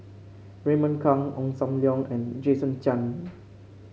Raymond Kang Ong Sam Leong and Jason Chan